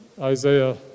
Isaiah